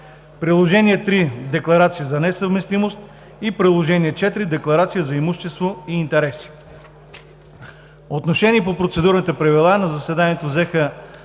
Приложение № 3 – Декларация за несъвместимост; и Приложение №4 – Декларация за имущество и интереси. Отношение по Процедурните правила на заседанието взеха